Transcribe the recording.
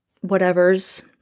whatever's